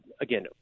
again